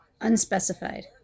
Unspecified